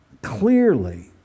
Clearly